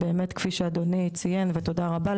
באמת כפי שאדוני ציין ותודה רבה,